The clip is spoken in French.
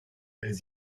elles